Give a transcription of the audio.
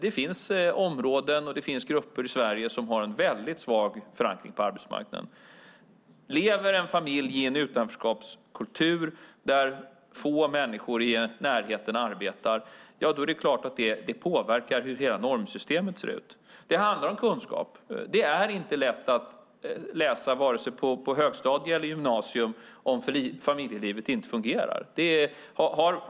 Det finns områden och grupper i Sverige som har en mycket svag förankring på arbetsmarknaden. Lever en familj i en utanförskapskultur där få människor i närheten arbetar, då är det klart att det påverkar hur hela normsystemet ser ut. Det handlar om kunskap. Det är inte lätt att läsa på vare sig högstadium eller gymnasium om familjelivet inte fungerar.